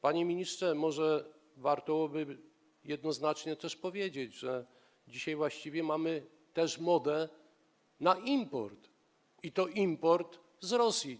Panie ministrze, może warto byłoby jednoznacznie powiedzieć, że dzisiaj właściwie mamy modę na import, i to import z Rosji.